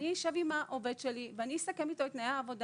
אני אשב עם העובד שלי ואני אסכם אתו את תנאי העבודה.